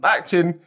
Acting